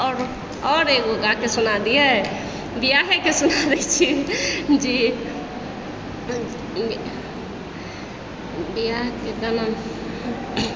आओर आओर एगो गाके सुना दियै बियाहेके सुना दै छी जी बियाहके गाना